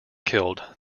killed